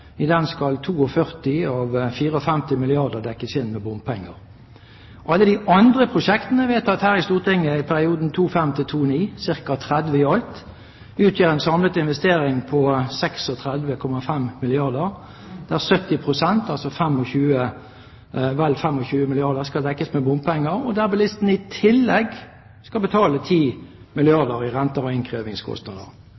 i den skal 42 av 54 milliarder kr dekkes inn med bompenger. Alle de andre prosjektene vedtatt her i Stortinget i perioden 2005–2009, ca. 30 i alt, utgjør en samlet investering på 36,5 milliarder kr, der 70 pst., altså vel 25 milliarder kr, skal dekkes inn med bompenger, og der bilistene i tillegg skal betale